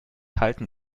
halten